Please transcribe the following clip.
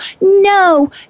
no